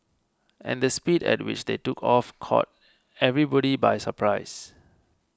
and the speed at which they took off caught everybody by surprise